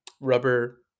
rubber